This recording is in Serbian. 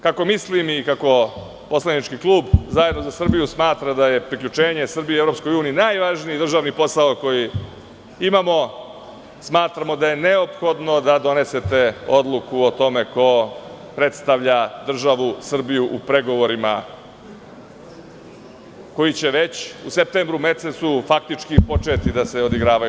Kako mislim i kako poslanički klub ZES smatra da je priključenje Srbije EU najvažniji državni posao koji imamo, smatramo da je neophodno da donesete odluku o tome ko predstavlja državu Srbiju u pregovorima koji će već u septembru mesecu faktički početi da se odigravaju.